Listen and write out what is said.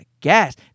gas